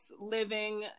living